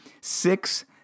six